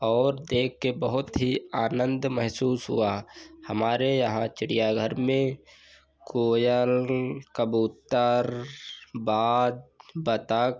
और देखकर बहुत ही आनन्द महसूस हुआ हमारे यहाँ चिड़ियाघर में कोयल कबूतर बाज़ बत्तख